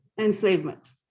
enslavement